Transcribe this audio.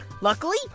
luckily